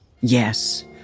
yes